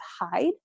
hide